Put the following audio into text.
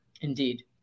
Indeed